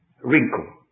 wrinkle